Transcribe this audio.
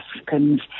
Africans